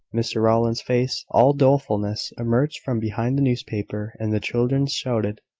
mr rowland's face, all dolefulness, emerged from behind the newspaper, and the children shouted.